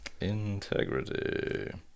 Integrity